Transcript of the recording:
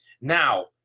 Now